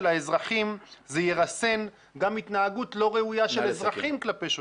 האזרחים זה ירסן גם התנהגות לא ראויה של אזרחים כלפי שוטרים.